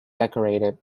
decorated